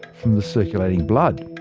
from the circulating blood.